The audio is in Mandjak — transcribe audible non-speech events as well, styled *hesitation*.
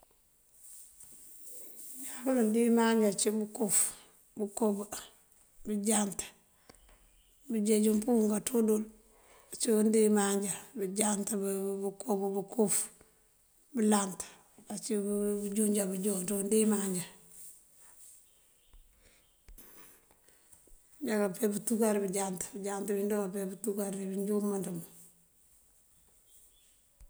Injúŋa undimáaninjá ací bëënkuf, bëkob, bëënjánt bëënjeej umpúum káanţúdël. Uncíiyun undimáaninjá bëënjánt, búunkuk, bëënkuf, bëëlant ací bëënjúŋinjá bëënjúŋ ţí undíimáanjá. *hesitation* manjá káapeem pëëntúkar bëënjánt, bëënjánt binjooŋ káapeem pëëntúkar dí bëënjúŋ bëëmëënţun.